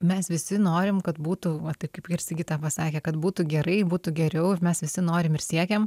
mes visi norim kad būtų va tai kaip ir sigita pasakė kad būtų gerai būtų geriau ir mes visi norim ir siekiam